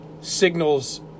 signals